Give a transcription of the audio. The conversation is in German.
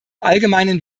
allgemeinen